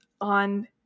on